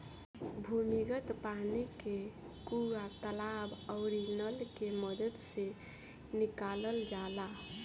भूमिगत पानी के कुआं, तालाब आउरी नल के मदद से निकालल जाला